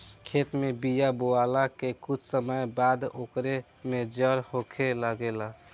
खेत में बिया बोआला के कुछ समय बाद ओकर में जड़ होखे लागेला